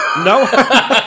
No